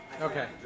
okay